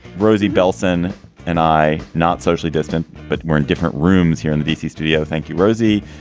rosie bellson and i. not socially distant, but we're in different rooms here in the d c. studio. thank you, rosie.